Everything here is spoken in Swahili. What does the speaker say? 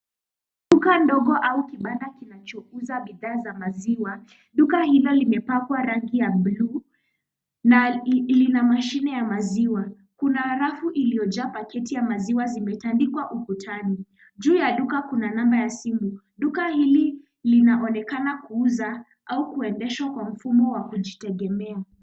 Duka ndogo au kibanda kinachouza bidhaa za maziwa, duka hilo limepakwa rangi ya bluu na lina mashine ya maziwa. Kuna rafu iliyojaa pakiti ya maziwa zimetandikwa ukutani. Juu ya duka kuna namba ya simu. Duka hili inaonekana kuuza au kuendeshwa kwa mfumo wa kujitegemea.